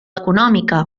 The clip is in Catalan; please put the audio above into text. econòmica